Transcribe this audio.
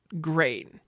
great